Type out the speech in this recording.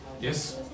Yes